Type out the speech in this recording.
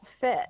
fit